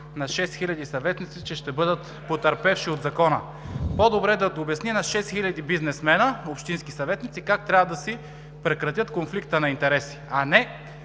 хиляди съветници, че ще бъдат потърпевши от Закона! По-добре да обясни на шест хиляди бизнесмена – общински съветници, как трябва да си прекратят конфликта на интереси, а не,